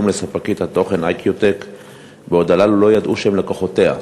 לחברת "איקיוטק" בטענה שהם לקוחותיה.